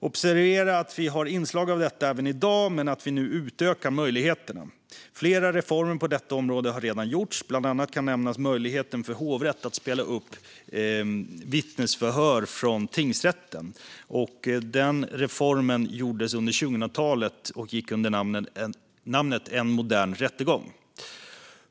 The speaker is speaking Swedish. Observera att vi har inslag av detta även i dag men att vi nu utökar möjligheterna. Flera reformer på detta område har redan gjorts. Bland annat kan nämnas möjligheten för hovrätt att spela upp vittnesförhör från tingsrätten. Denna reform gjordes under 2000-talet och gick under namnet En modernare rättegång.